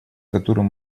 котором